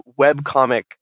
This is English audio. webcomic